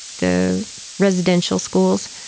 the residential schools,